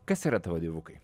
kas yra tavo dievukai